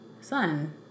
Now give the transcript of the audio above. son